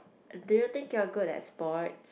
do you think you are good in sports